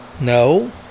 No